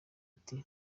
ati